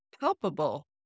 palpable